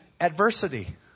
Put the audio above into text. adversity